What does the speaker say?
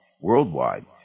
worldwide